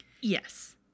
Yes